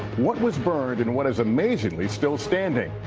what was burned and what is amazingly still standing.